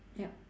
yup